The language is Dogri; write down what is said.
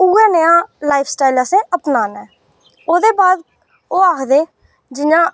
उ'ऐ नेहा लाईफ स्टाईल असें अपनाना ऐ ओह्दे बाद ओह् आखदे जि'यां